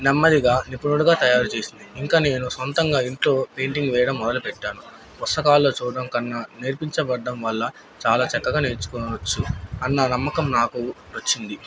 నెమ్మదిగా నిపుణుడిగా తయారు చేేసింది ఇంకా నేను సొంతంగా ఇంట్లో పెయింటింగ్ వేయడం మొదలుపెట్టాను పుస్తకాల్లో చూడటం కన్నా నేర్పించబడటం వల్ల చాలా చక్కగా నేర్చుకోవచ్చు అన్న నమ్మకం నాకు నచ్చింది